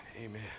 amen